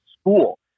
school